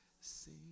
sing